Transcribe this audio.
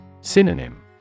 Synonym